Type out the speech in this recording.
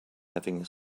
having